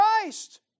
Christ